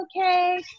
okay